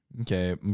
Okay